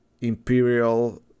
Imperial